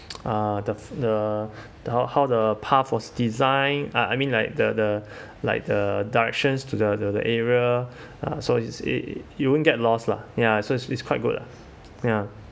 uh the the the how how the path was designed uh I mean like the the like the directions to the the area uh so it's it's you won't get lost lah ya uh so it's it's quite good lah ya